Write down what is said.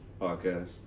Podcast